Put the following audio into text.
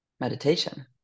meditation